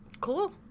Cool